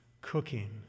cooking